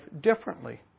differently